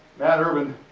matt urban